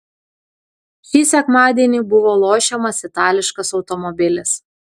šį sekmadienį buvo lošiamas itališkas automobilis